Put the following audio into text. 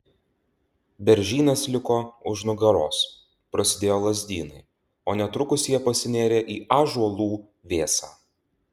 beržynas liko už nugaros prasidėjo lazdynai o netrukus jie pasinėrė į ąžuolų vėsą